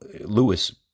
Lewis